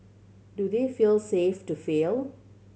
do they feel safe to fail